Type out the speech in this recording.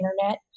internet